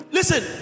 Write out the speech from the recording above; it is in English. Listen